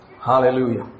Hallelujah